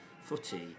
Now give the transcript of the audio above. footy